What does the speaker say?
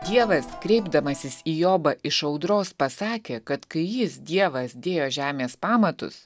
dievas kreipdamasis į jobą iš audros pasakė kad kai jis dievas dėjo žemės pamatus